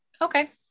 Okay